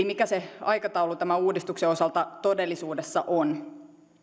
mikä se aikataulu tämän uudistuksen osalta todellisuudessa on